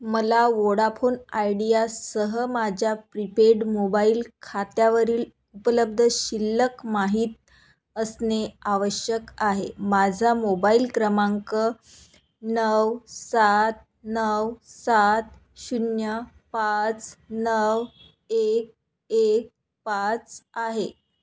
मला वोडाफोन आयडियासह माझ्या प्रीपेड मोबाईल खात्यावरील उपलब्ध शिल्लक माहीत असणे आवश्यक आहे माझा मोबाईल क्रमांक नऊ सात नऊ सात शून्य पाच नऊ एक एक पाच आहे